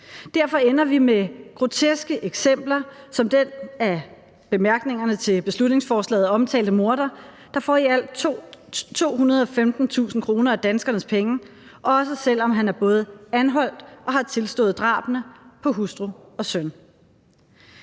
Derfor ender vi med groteske eksempler som den af bemærkningerne til beslutningsforslaget omtalte morder, der får i alt 215.000 kr. af danskernes penge, også selv om han er både anholdt og har tilstået drabene på hustru og søn.